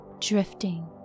drifting